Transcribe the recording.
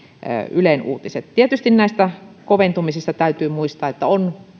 ylen uutiset tietysti näistä koventumisista täytyy muistaa että on